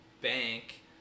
Bank